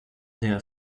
their